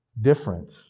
different